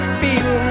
feel